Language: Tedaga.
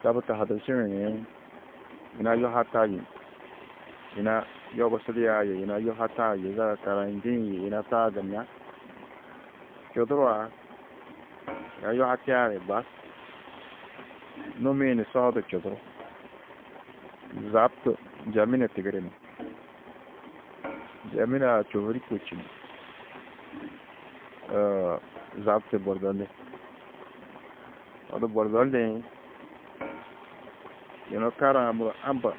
Čabu to hadurčinu ni yina yuhata yê, yina yogusidiã yê yina yuhatã yê zaga karayindĩ yê yina taa gunna čuduruã yina yuhatiã ni bas. Numi-ĩ ni soũ du čuduru, zabtu Njemine tigiri, Njeminea čôhuri kôčinu ni, zabtu Bordo li. Odu Bordo liĩ, yunu kara-ã muro amba